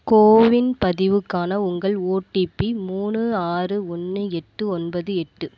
CoWIN பதிவுக்கான உங்கள் OTP மூணு ஆறு ஒன்று எட்டு ஒன்பது எட்டு